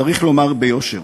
צריך לומר ביושר,